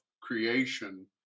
creation